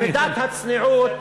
מידת הצניעות,